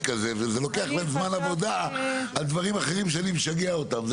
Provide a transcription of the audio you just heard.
הזה וזה לוקח להם זמן עבודה על דברים אחרים שאני משגע אותם ,